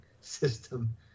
system